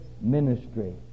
ministry